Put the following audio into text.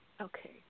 Okay